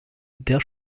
der